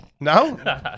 No